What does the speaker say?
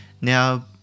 Now